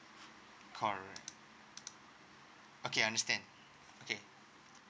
correct okay understand okay